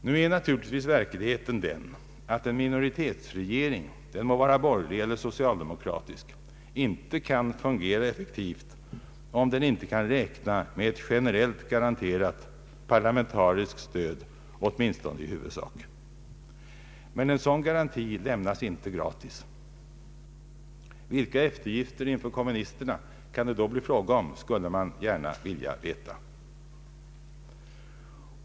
Nu är naturligtvis verkligheten den, att en minoritetsregering, den må vara borgerlig eller socialdemokratisk, inte kan fungera effektivt om den inte kan räkna med ett generellt garanterat parlamentariskt stöd åtminstone i huvudsak. Men en sådan garanti lämnas inte gratis. Vilka eftergifter inför kommunisterna det då kan bli fråga om, skulle man gärna vilja veta.